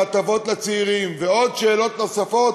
הטבות לצעירים ועוד שאלות נוספות,